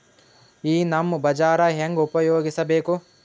ಈ ನಮ್ ಬಜಾರ ಹೆಂಗ ಉಪಯೋಗಿಸಬೇಕು?